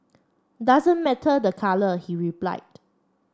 doesn't matter the colour he replied